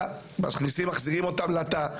מחזירים אותם לתא.